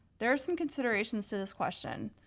there are some considerations to this question.